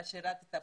אתה שירת פה,